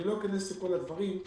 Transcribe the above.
אני לא אכנס לכל הדברים,